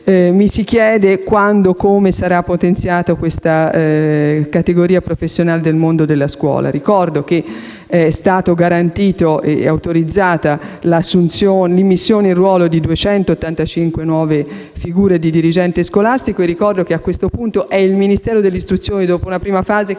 Mi si chiede quando e come sarà potenziata questa categoria professionale del mondo della scuola. Ricordo che è stata garantita e autorizzata l'immissione in ruolo di 285 nuove figure di dirigente scolastico. Ricordo che, a questo punto, è il Ministero dell'istruzione, dopo una prima fase in